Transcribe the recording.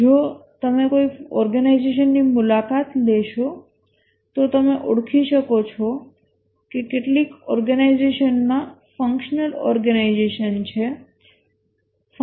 જો તમે કોઈ ઓર્ગેનાઈઝેશનની મુલાકાત લેશો તો તમે ઓળખી શકો છો કે કેટલીક ઓર્ગેનાઈઝેશનઓમાં ફંક્શનલ ઓર્ગેનાઈઝેશન છે